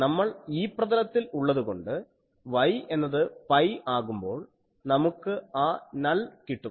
നമ്മൾ E പ്രതലത്തിൽ ഉള്ളതുകൊണ്ട് y എന്നത് പൈ ആകുമ്പോൾ നമുക്ക് ആ നൾ കിട്ടും